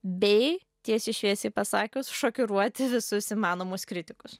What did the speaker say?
bei tiesiai šviesiai pasakius šokiruoti visus įmanomus kritikus